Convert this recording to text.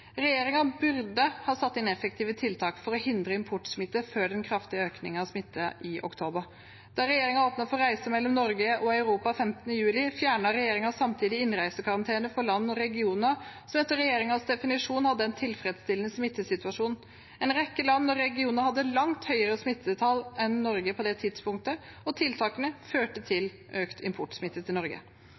burde ha satt inn effektive tiltak for å hindre importsmitte før den kraftige økningen av smitte i oktober. Da regjeringen åpnet for reiser mellom Norge og Europa 15. juli, fjernet regjeringen samtidig innreisekarantene for land og regioner som etter regjeringens definisjon hadde en tilfredsstillende smittesituasjon. En rekke land og regioner hadde langt høyere smittetall enn Norge på det tidspunktet, og tiltakene førte til økt importsmitte til Norge.